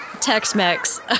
Tex-Mex